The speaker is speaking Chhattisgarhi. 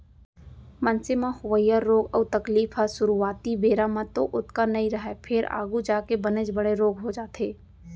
मनसे म होवइया रोग अउ तकलीफ ह सुरूवाती बेरा म तो ओतका नइ रहय फेर आघू जाके बनेच बड़े रोग हो जाथे